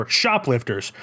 shoplifters